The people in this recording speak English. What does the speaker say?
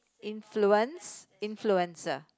influence influencer